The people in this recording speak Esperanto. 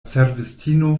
servistino